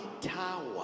tower